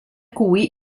cui